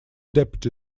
deputy